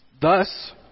Thus